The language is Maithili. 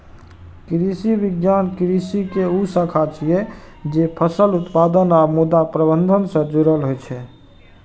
कृषि विज्ञान कृषि के ऊ शाखा छियै, जे फसल उत्पादन आ मृदा प्रबंधन सं जुड़ल होइ छै